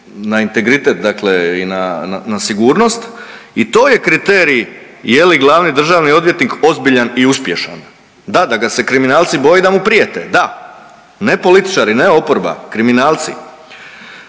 na integritet i na sigurnost i to je kriterij je li glavni državni odvjetnik ozbiljan i uspješan, da, da ga se kriminalci boje i da mu prijete da, ne političari, ne oporba, kriminalci.